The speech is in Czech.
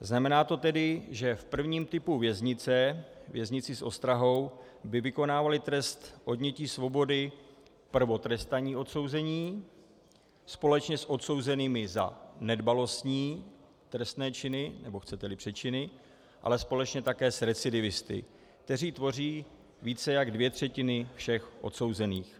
Znamená to tedy, že v prvním typu věznice, věznici s ostrahou, by vykonávali trest odnětí svobody prvotrestaní odsouzení společně s odsouzenými za nedbalostní trestné činy nebo, chceteli, přečiny, ale společně také s recidivisty, kteří tvoří více než dvě třetiny všech odsouzených.